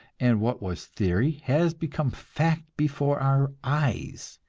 and what was theory has become fact before our eyes.